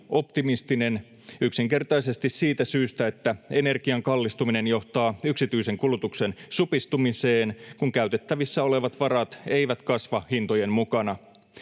optimistinen yksinkertaisesti siitä syystä, että energian kallistuminen johtaa yksityisen kulutuksen supistumiseen, kun käytettävissä olevat varat eivät kasva hintojen mukana.